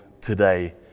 today